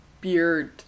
beard